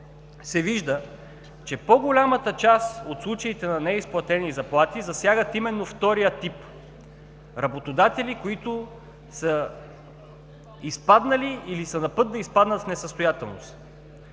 се вижда, че по-голямата част от случаите на неизплатени заплати засягат именно втория тип работодатели, които са изпаднали или са на път да изпаднат в несъстоятелност.